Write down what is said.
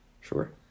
Sure